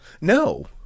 No